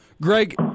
Greg